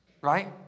right